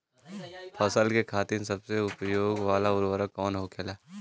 फसल के खातिन सबसे उपयोग वाला उर्वरक कवन होखेला?